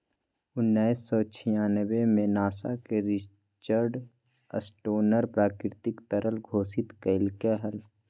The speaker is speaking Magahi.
उन्नीस सौ छियानबे में नासा के रिचर्ड स्टोनर प्राकृतिक तरल घोषित कइलके हल